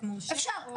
אפשר,